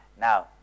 Now